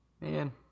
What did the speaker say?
Man